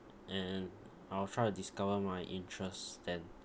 and I'll try discover my interest then